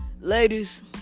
ladies